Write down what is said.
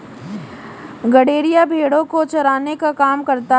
गड़ेरिया भेड़ो को चराने का काम करता है